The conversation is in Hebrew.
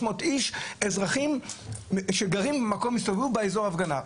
איש אזרחים שגרים במקום והסתובבו באזור ההפגנה.